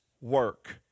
work